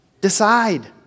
Decide